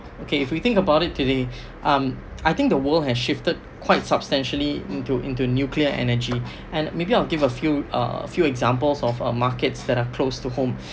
okay if we think about it today um I think the world has shifted quite substantially into into nuclear energy and maybe I'll give a few uh a few examples of uh markets that are close to home